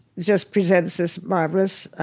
just presents this marvelous